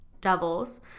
Devils